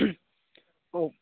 औ